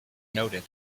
noted